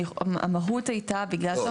המהות הייתה --- לא,